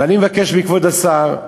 ואני מבקש מכבוד השר,